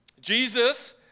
Jesus